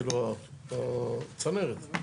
כאילו, הצנרת.